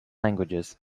languages